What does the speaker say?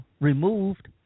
removed